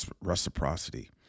reciprocity